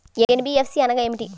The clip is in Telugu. ఎన్.బీ.ఎఫ్.సి అనగా ఏమిటీ?